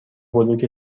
بلوک